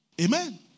Amen